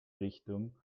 richtung